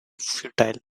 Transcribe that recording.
futile